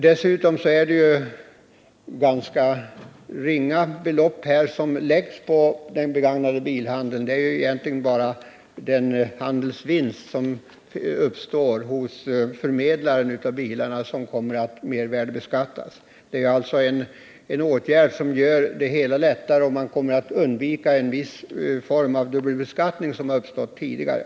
Det är ju ganska ringa belopp som läggs på handeln med begagnade bilar. Det är egentligen bara den handelsvinst som uppstår hos förmedlaren av bilarna som kommer att mervärdebeskattas. Åtgärden att införa moms på begagnade bilar innebär en sanering, och man kommer att undvika en viss form av dubbelbeskattning som har uppstått tidigare.